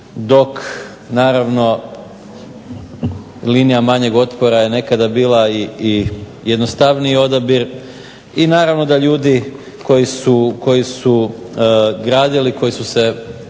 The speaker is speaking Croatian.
dok naravno linija manjeg otpora je nekada bila i jednostavniji odabir i naravno da ljudi koji su gradili, koji su se